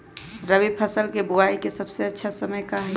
रबी फसल के बुआई के सबसे अच्छा समय का हई?